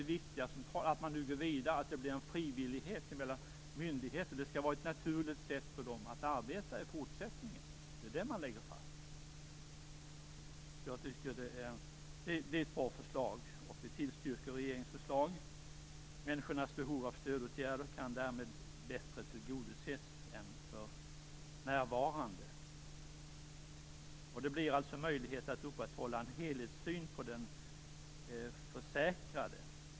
Det viktiga när man nu går vidare är ju att det blir en frivillighet när det gäller myndigheterna. Det skall vara ett naturligt sätt för dem att arbeta i fortsättningen. Det är det som man lägger fast. Det är ett bra förslag. Vi tillstyrker regeringens förslag. Människornas behov av stödåtgärder kan därmed bättre tillgodoses än för närvarande. Det blir alltså möjligt att upprätthålla en helhetssyn på den försäkrade.